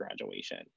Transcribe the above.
graduation